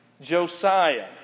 Josiah